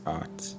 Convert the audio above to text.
art